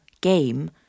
game